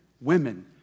women